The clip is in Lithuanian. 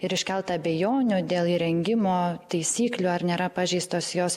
ir iškelta abejonių dėl įrengimo taisyklių ar nėra pažeistos jos